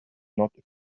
not